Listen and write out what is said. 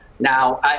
Now